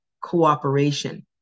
Cooperation